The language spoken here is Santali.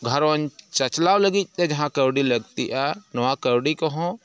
ᱜᱷᱟᱨᱚᱸᱡᱽ ᱪᱟᱪᱞᱟᱣ ᱞᱟᱹᱜᱤᱫ ᱛᱮ ᱡᱟᱦᱟᱸ ᱠᱟᱹᱣᱰᱤ ᱞᱟᱹᱠᱛᱤᱜᱼᱟ ᱱᱚᱣᱟ ᱠᱟᱹᱣᱰᱤ ᱠᱚᱦᱚᱸ